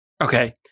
okay